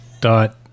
dot